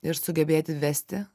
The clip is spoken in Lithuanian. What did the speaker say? ir sugebėti vesti